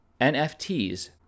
nfts